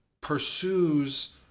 pursues